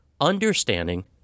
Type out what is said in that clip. understanding